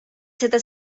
seda